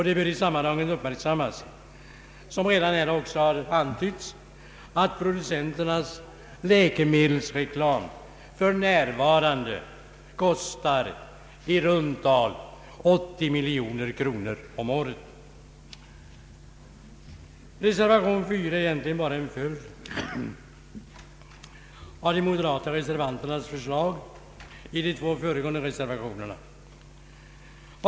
Det bör i sammanhanget uppmärksammas, vilket här redan har antytts, att producenternas läkemedelsreklam för närvarande kostar i runt tal 80 miljoner kronor om året. Reservation 4 är egentligen bara en följd av de moderata reservanternas förslag i de två föregående reservationerna.